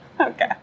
okay